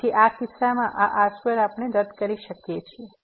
તેથી આ કિસ્સામાં આ r2 આપણે રદ કરી શકીએ છીએ